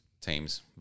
teams